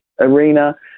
arena